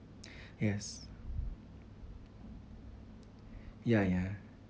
yes ya ya